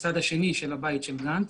זה בצד השני של הבית של גנץ,